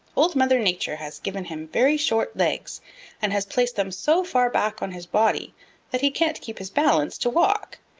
old mother nature has given him very short legs and has placed them so far back on his body that he can't keep his balance to walk,